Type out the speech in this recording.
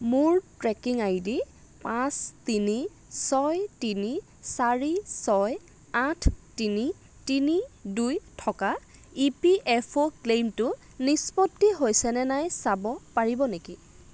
মোৰ tracking I D পাঁচ তিনি ছয় তিনি চাৰি ছয় আঠ তিনি তিনি দুই থকা ই পি এফ অ' ক্লেইমটো নিষ্পত্তি হৈছেনে নাই চাব পাৰিব নেকি